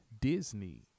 Disney